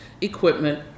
equipment